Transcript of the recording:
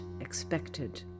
expected